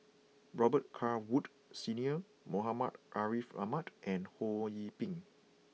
Robet Carr Wood Senior Muhammad Ariff Ahmad and Ho Yee Ping